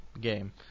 game